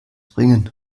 bringen